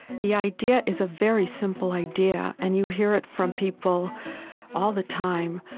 the idea is a very simple idea, and you hear it from people all the time.